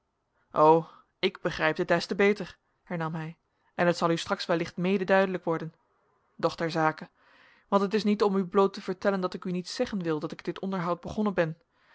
o ik begrijp dit des te beter hernam hij en het zal u straks wellicht mede duidelijk worden doch ter zake want het is niet om u bloot te vertellen dat ik u niets zeggen wil dat ik dit onderhoud begonnen ben